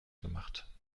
gemacht